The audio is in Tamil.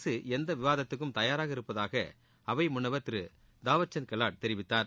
அரசு எந்த விவாதத்துக்கும் தயாராக இருப்பதாக அவை முன்னவர் திரு தாவர் சந்த் கெலாட் தெரிவித்தார்